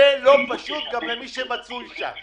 זה לא פשוט גם למי שמצוי בזה.